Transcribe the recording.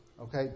okay